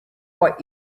what